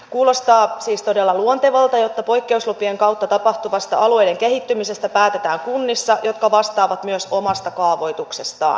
kuulostaa siis todella luontevalta että poikkeuslupien kautta tapahtuvasta alueiden kehittymisestä päätetään kunnissa jotka vastaavat myös omasta kaavoituksestaan